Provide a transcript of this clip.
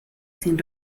sin